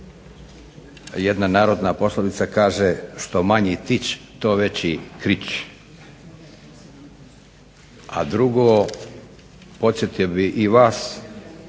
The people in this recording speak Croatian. Jedna narodna poslovica kaže "što manji tić to veći krič". A drugo, podsjetio bih i vas